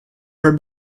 her